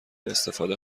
استفاده